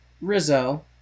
rizzo